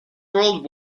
world